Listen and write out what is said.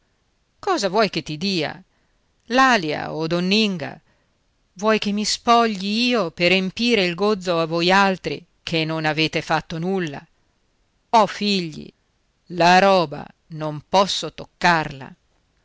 cosa vuoi che ti dia l'alìa o donninga vuoi che mi spogli io per empire il gozzo a voialtri che non avete fatto nulla ho figli la roba non posso toccarla